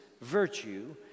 virtue